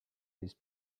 these